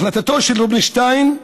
החלטתו של רובינשטיין,